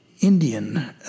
Indian